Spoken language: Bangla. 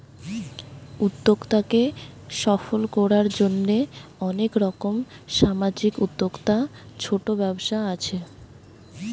উদ্যোক্তাকে সফল কোরার জন্যে অনেক রকম সামাজিক উদ্যোক্তা, ছোট ব্যবসা আছে